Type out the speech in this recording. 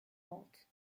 vente